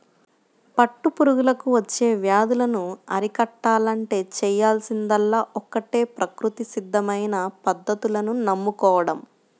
పట్టు పురుగులకు వచ్చే వ్యాధులను అరికట్టాలంటే చేయాల్సిందల్లా ఒక్కటే ప్రకృతి సిద్ధమైన పద్ధతులను నమ్ముకోడం